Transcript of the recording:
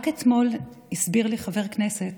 רק אתמול הסביר לי חבר כנסת